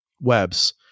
webs